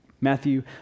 Matthew